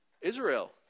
Israel